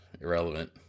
irrelevant